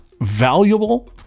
valuable